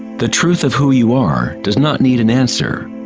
the truth of who you are does not need an answer